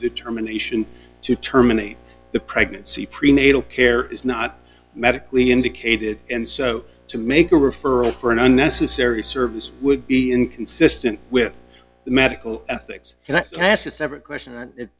determination to terminate the pregnancy prenatal care is not medically indicated and so to make a referral for an unnecessary service would be inconsistent with medical ethics and i can ask a separate question